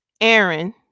Aaron